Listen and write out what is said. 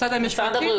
משרד המשפטים?